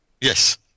Yes